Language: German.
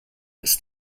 ist